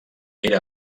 era